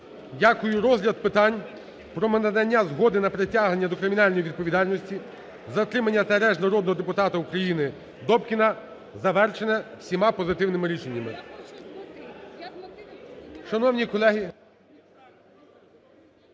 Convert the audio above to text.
Дякую. Розгляд питань про надання згоди на притягнення до кримінальної відповідальності, затримання та арешт народного депутата України Добкіна завершене всіма позитивними рішеннями.